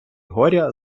горя